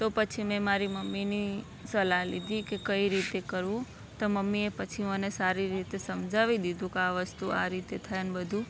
તો પછી મેં મારી મમ્મીની સલાહ લીધી કે કઈ રીતે કરું તો મમ્મીએ પછી મને સારે રીતે સમજાવી દીધું કે આ વસ્તુ આ રીતે થાય અને બધું